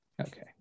Okay